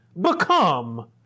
Become